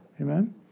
Amen